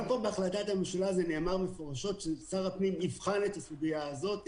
גם פה בהחלטת הממשלה זה נאמר מפורשות ששר הפנים יבחן את הסוגיה הזו.